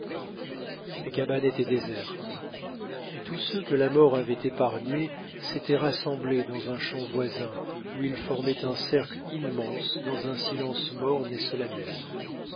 les cabanes étaient désertes mais tous ceux que la mort avait épargnés s'étaient rassemblés dans un champ voisin où ils formaient un cercle immense dans un silence morne et solennel